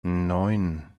neun